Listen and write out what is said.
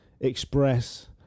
express